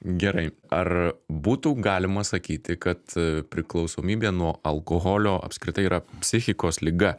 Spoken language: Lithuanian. gerai ar būtų galima sakyti kad priklausomybė nuo alkoholio apskritai yra psichikos liga